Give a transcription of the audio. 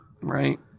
Right